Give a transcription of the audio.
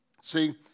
See